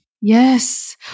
yes